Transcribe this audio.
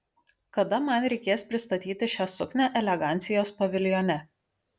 kada man reikės pristatyti šią suknią elegancijos paviljone